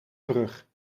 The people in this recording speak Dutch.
brug